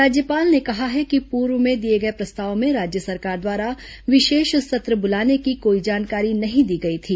राज्यपाल ने कहा है कि पूर्व में दिए गए प्रस्ताव में राज्य सरकार द्वारा विशेष सत्र बुलाने की कोई जानकारी नहीं दी गई थी